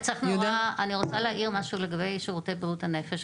אני רוצה להעיר משהו לגבי שירותי בריאות הנפש,